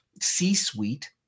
C-suite